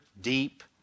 deep